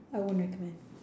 I won't recommend